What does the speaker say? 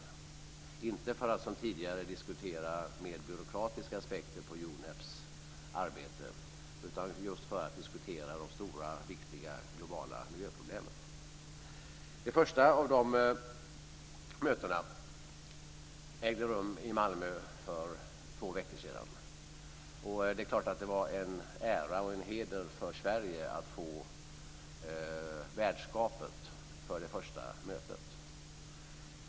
Det gör man inte för att som tidigare diskutera byråkratiska aspekter av UNEP:s arbete, utan just för att diskutera de stora viktiga globala miljöproblemen. Det första av de mötena ägde rum i Malmö för två veckor sedan. Det är klart att det var en ära och en heder för Sverige att få värdskapet för det första mötet.